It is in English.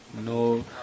no